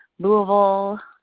louisville,